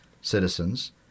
citizens